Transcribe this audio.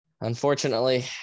unfortunately